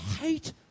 hate